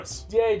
Yay